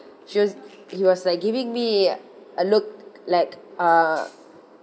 she was he was like giving me a look like uh